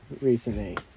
recently